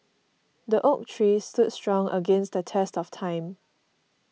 the oak tree stood strong against the test of time